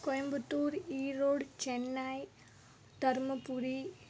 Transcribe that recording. Coimbatore Erode Chennai Dharmapuri